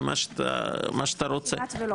כמעט ולא.